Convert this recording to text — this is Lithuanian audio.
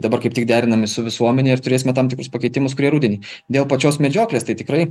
dabar kaip tik derinami su visuomene ir turėsime tam tikrus pakeitimus kurie rudenį dėl pačios medžioklės tai tikrai